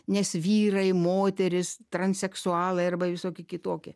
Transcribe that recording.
nes vyrai moterys transseksualai arba visokie kitokie